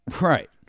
Right